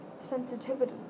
sensitivity